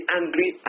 angry